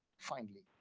finally,